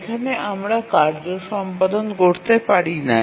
এখানে আমরা কার্য সম্পাদন করতে পারিনা